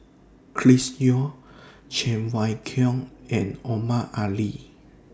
Chris Yeo Cheng Wai Keung and Omar Ali